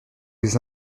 les